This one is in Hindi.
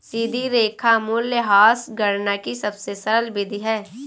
सीधी रेखा मूल्यह्रास गणना की सबसे सरल विधि है